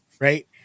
right